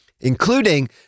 Including